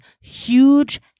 huge